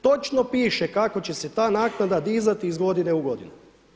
Točno piše kako će se ta naknada dizati iz godine u godinu.